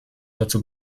dazu